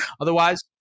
Otherwise